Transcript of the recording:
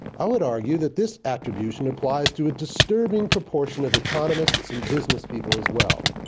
i would argue that this attribution applies to a disturbing proportion of economists and business people as well.